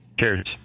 Cheers